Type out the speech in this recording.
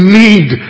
need